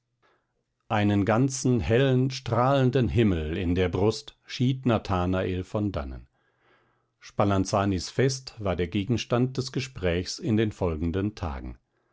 einen ganzen hellen strahlenden himmel in der brust schied nathanael von dannen spalanzanis fest war der gegenstand des gesprächs in den folgenden tagen